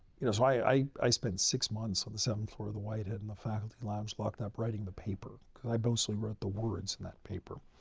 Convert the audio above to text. you know, so i i spent six months on the seventh floor of the whitehead in the faculty lounge locked up writing the paper i mostly wrote the words in that paper.